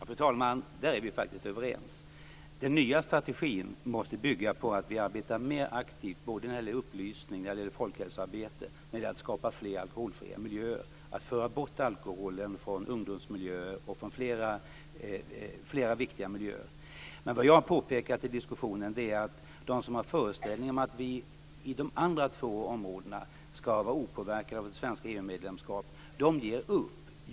Fru talman! Där är vi faktiskt överens. Den nya strategin måste bygga på att vi arbetar mer aktivt när det gäller upplysning, när det gäller folkhälsoarbete och när det gäller att skapa fler alkoholfria miljöer. Vi måste föra bort alkoholen från ungdomsmiljöer och flera viktiga miljöer. I diskussionen har jag påpekat att de som har föreställningen att vi på de andra två områdena skall vara opåverkade av det svenska EU-medlemskapet ger upp.